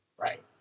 right